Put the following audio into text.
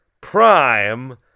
prime